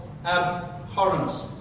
abhorrence